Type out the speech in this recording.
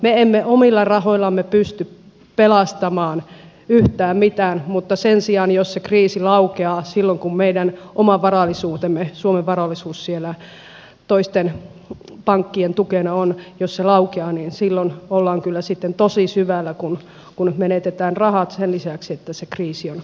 me emme omilla rahoillamme pysty pelastamaan yhtään mitään mutta sen sijaan jos se kriisi laukeaa silloin kun meidän oma varallisuutemme suomen varallisuus siellä toisten pankkien tukena on niin silloin ollaan kyllä sitten tosi syvällä kun menetetään rahat sen lisäksi että se kriisi on edessä